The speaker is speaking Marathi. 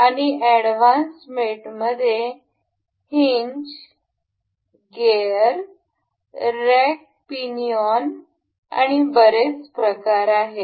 आणि ऐड्वैन्स्ट मेट मध्ये हीन्ज गीअर रॅक पिनऑन आणखी बरेच प्रकार आहेत